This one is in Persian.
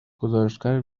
گزارشگر